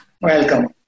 Welcome